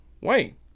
Wayne